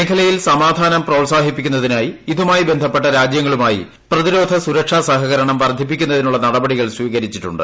മേഖലയിൽ സമാധാനം പ്രോത്സാഹിപ്പിക്കുന്നതിനായി ഇതുമായി ബന്ധപ്പെട്ട രാജൃങ്ങളുമായി പ്രതിരോധ സുരക്ഷാ സഹകരണം വർദ്ധിപ്പിക്കുന്നതിനുള്ള നടപടികൾ സ്വീകരിച്ചിട്ടുണ്ട്